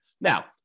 Now